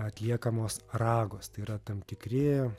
atliekamos ragos tai yra tam tikri